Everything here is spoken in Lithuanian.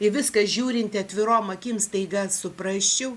į viską žiūrinti atvirom akim staiga suprasčiau